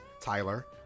Tyler